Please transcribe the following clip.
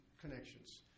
connections